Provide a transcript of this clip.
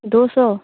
दो सौ